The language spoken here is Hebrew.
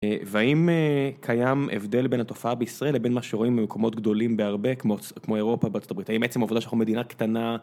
והאם קיים הבדל בין התופעה בישראל לבין מה שרואים במקומות גדולים בהרבה, כמו אירופה, בארה״ב, האם עצם העובדה שאנחנו מדינה קטנה...